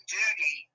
duty